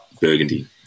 Burgundy